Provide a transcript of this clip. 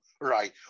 right